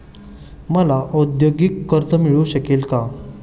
मला औद्योगिक कर्ज मिळू शकेल का?